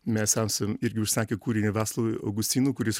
mes esam irgi užsakę kūrinį vaclovui augustinui kuris